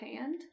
hand